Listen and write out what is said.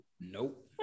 Nope